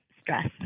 stress